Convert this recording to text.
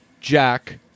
Jack